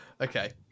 Okay